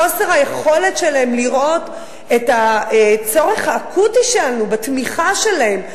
חוסר היכולת שלהם לראות את הצורך האקוטי שלנו בתמיכה שלהם,